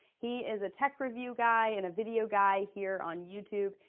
he is a tech review guy and a video guy here on youtube,